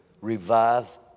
revive